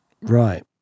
Right